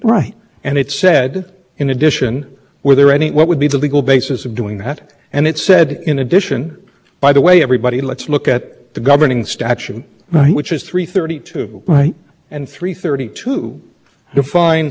order to try to figure out the functional comments would have been a an issue in the case i think that the notice objection here really is is a requirement is trying to impose a requirement on the commission to write notice for a second